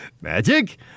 Magic